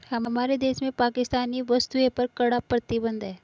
हमारे देश में पाकिस्तानी वस्तुएं पर कड़ा प्रतिबंध हैं